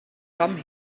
come